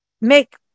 make